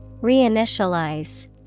Reinitialize